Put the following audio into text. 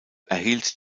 erhielt